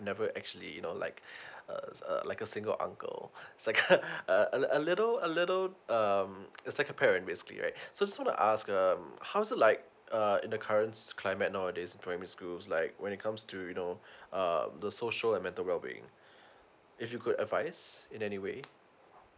never actually you know like uh uh like a single uncle it's like a a little a little um the second parent basically right so just wanna ask uh how is it like uh in the currents climate nowadays primary schools like when it comes to you know um the social and mental well being if you could advice in anyway